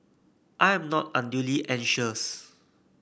I am not unduly anxious